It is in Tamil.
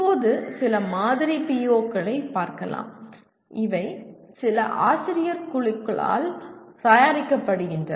இப்போது சில மாதிரி PEO களை பார்க்கலாம் இவை சில ஆசிரியர் குழுக்களால் தயாரிக்கப்படுகின்றன